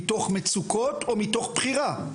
מתוך מצוקות או מתוך בחירה,